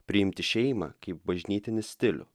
priimti šeimą kaip bažnytinį stilių